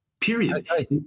Period